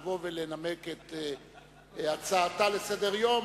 לבוא ולנמק את הצעתה לסדר-היום,